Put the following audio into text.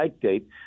date